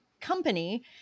company